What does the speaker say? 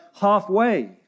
halfway